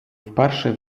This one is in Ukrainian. вперше